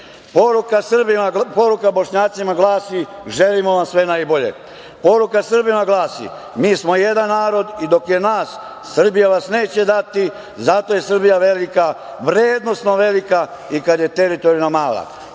Bošnjacima glasi: Želimo vam sve najbolje! Poruka Srbima glasi: Mi smo jedan narod i dok je nas, Srbija vas neće dati. Zato je Srbija velika, vrednosno velika, i kada je teritorijalno